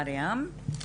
מרים.